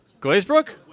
Glazebrook